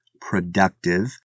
productive